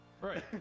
right